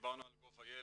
דיברנו על GOV.IL,